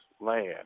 land